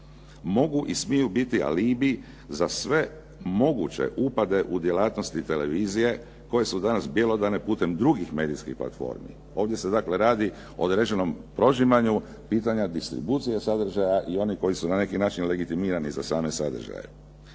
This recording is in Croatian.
mogu i smiju biti alibi za sve moguće upade u djelatnosti televizije koje su danas bjelodane putem drugih medijskih platformi. Ovdje se dakle radi o određenom prožimanju pitanja distribucije sadržaja i oni koji su na neki način legitimirani za same sadržaje.